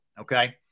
Okay